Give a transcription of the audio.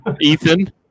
Ethan